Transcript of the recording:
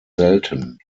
selten